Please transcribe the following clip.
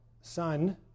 Son